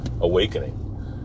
Awakening